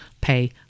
pay